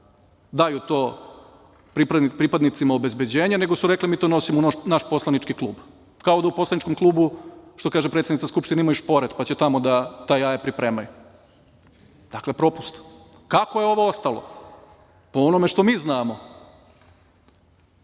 daju to pripadnicima obezbeđenja, nego su rekli - mi to nosimo u naš poslanički klub, kao da u poslaničkom klubu, što kaže predsednica Skupštine, imaju šporet pa će tamo da ta jaja pripremaju. Dakle, propust. Kako je ovo ostalo? Po onome što mi znamo,